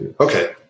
okay